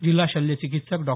जिल्हा शल्य चिकित्सक डॉ